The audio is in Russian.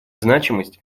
значимость